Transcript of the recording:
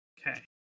Okay